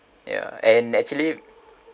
ya and actually